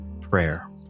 prayer